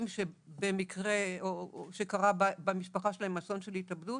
שבמקרה קרה במשפחה שלהם אסון של התאבדות,